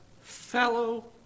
fellow